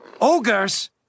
Ogres